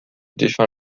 défunt